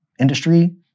industry